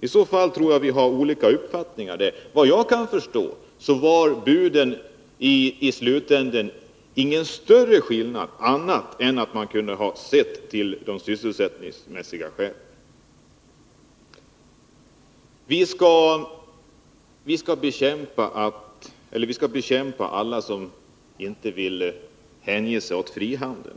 I så fall tror jag att vi har olika uppfattningar där. Efter vad jag kan förstå var det i slutänden ingen större skillnad mellan buden, utan man kunde ha sett till de sysselsättningsmässiga skälen. Vi skall bekämpa alla som inte vill hänge sig åt frihandel,